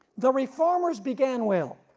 the reformers began well,